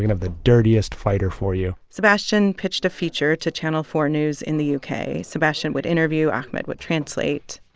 have the dirtiest fighter for you sebastian pitched a feature to channel four news in the u k. sebastian would interview, ahmed would translate.